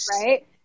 right